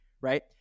right